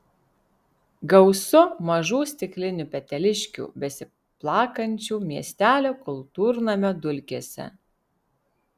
gausu mažų stiklinių peteliškių besiplakančių miestelio kultūrnamio dulkėse